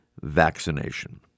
vaccination